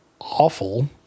awful